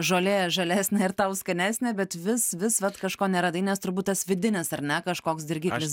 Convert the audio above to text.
žolė žalesnė ir tau skanesnė bet vis vis vat kažko neradai nes turbūt tas vidinis ar ne kažkoks dirgiklis